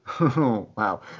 wow